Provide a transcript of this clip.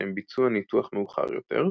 לשם ביצוע ניתוח מאוחר יותר,